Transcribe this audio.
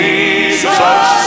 Jesus